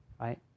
right